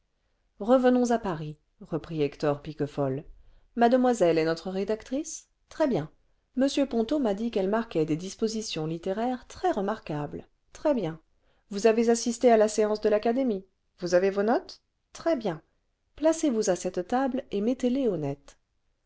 revenons à paris reprit hector piquefol mademoiselle est notre rédactrice très bien m ponto m'a dit qu'elle marquait des dispositions littéraires très remarquables très bien vous avez assisté à la séance de l'académie vous avez vos notes très bien placez-vous à cette table et mettez-les